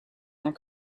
their